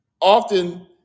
often